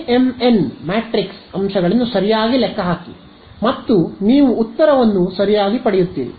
A M N matrix ಅಂಶಗಳನ್ನು ಸರಿಯಾಗಿ ಲೆಕ್ಕ ಹಾಕಿ ಮತ್ತು ನೀವು ಉತ್ತರವನ್ನು ಸರಿಯಾಗಿ ಪಡೆಯುತ್ತೀರಿ